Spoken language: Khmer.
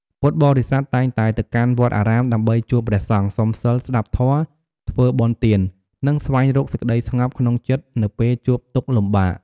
ពុទ្ធបរិស័ទតែងតែទៅកាន់វត្តអារាមដើម្បីជួបព្រះសង្ឃ សុំសីល ស្ដាប់ធម៌ ធ្វើបុណ្យទាន និងស្វែងរកសេចក្តីស្ងប់ក្នុងចិត្តនៅពេលជួបទុក្ខលំបាក។